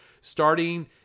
starting